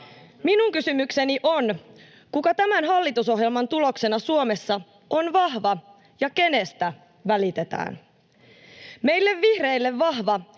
Minun kysymykseni on: kuka tämän hallitusohjelman tuloksena Suomessa on vahva, ja kenestä välitetään? Meille vihreille vahva